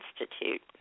Institute